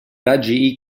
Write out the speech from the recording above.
raggi